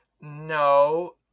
No